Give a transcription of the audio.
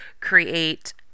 create